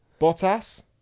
bottas